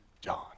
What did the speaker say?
John